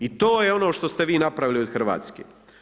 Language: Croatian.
I to je ono što ste vi napravili od Hrvatske.